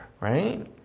right